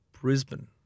Brisbane